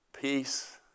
peace